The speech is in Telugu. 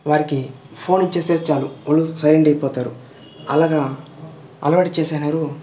వారికి ఫోన్ ఇచ్చేస్తే చాలు వళ్ళు సైలెంట్ అయిపోతారు అలాగా అలవాటు చేసేశారు